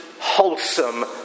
wholesome